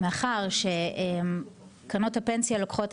מאחר שקרנות הפנסיה לוקחות,